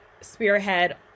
spearhead